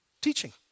Teaching